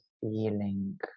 feeling